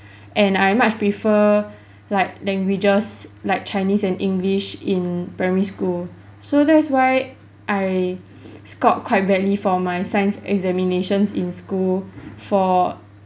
and I much prefer like languages like chinese and english in primary school so that is why I scored quite badly for my science examinations in school for